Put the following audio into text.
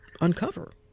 uncover